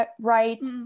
right